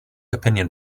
opinion